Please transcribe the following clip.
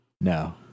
No